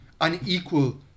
unequal